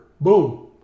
boom